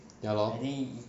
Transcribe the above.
ya lor